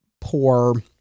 poor